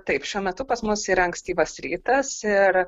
taip šiuo metu pas mus yra ankstyvas rytas ir